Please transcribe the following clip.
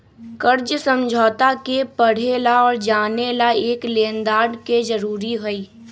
कर्ज समझौता के पढ़े ला और जाने ला एक लेनदार के जरूरी हई